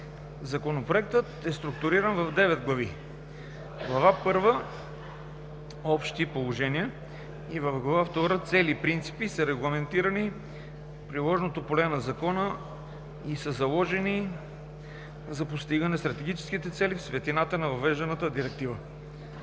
Законопроектът е структуриран в девет глави. „Глава първа – Общи положения“, и в „Глава втора – Цели и принципи“ са регламентирани приложното поле на Закона и са заложени за постигане стратегическите цели в светлината на въвежданата Директива.